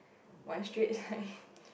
one straight line